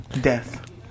death